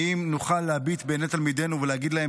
האם נוכל להביט בעיני תלמידינו ולהגיד להם